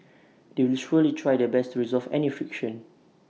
they will surely try their best to resolve any friction